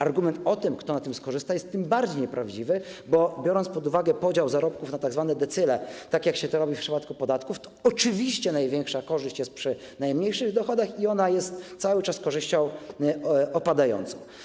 Argument o tym, kto na tym skorzysta, jest tym bardziej nieprawdziwy, bo jeśli weźmie się pod uwagę podział zarobków na tzw. decyle, tak jak się to robi w przypadku podatków, to oczywiście największa korzyść jest przy najmniejszych dochodach i jest ona cały czas korzyścią opadającą.